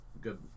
good